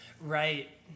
right